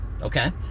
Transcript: Okay